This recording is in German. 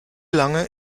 lange